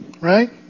right